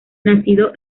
nacido